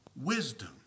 Wisdom